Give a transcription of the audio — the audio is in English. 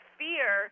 fear